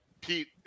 Pete